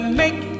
make